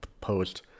post